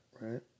right